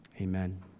Amen